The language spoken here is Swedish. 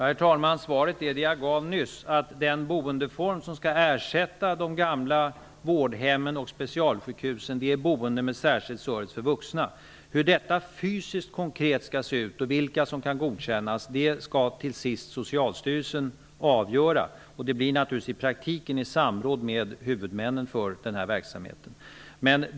Herr talman! Svaret är det jag sade nyss, att den boendeform som skall ersätta de gamla vårdhemmen och specialsjukhusen är boende med särskild service för vuxna. Hur detta fysiskt konkret skall se ut och vilka som kan godkännas skall till sist Socialstyrelsen avgöra, naturligtvis i praktiken i samråd med huvudmännen för verksamheten.